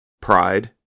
Pride